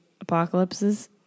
apocalypses